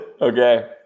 Okay